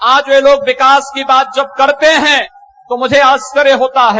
आज वे लाग विकास की बात जब करते है तो मुझे आश्चर्य होता है